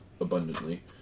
abundantly